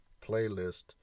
playlist